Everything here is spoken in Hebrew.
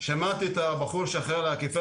שמעתי את הבחור שאחראי על האכיפה,